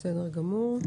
בסדר גמור.